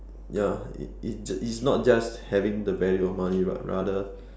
ya it it just it's not just having the value of money but rather